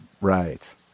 right